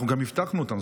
אנחנו גם אבטחנו אותם.